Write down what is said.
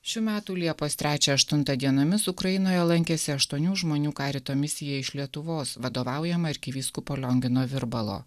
šių metų liepos trečią aštuntą dienomis ukrainoje lankėsi aštuonių žmonių karito misija iš lietuvos vadovaujama arkivyskupo liongino virbalo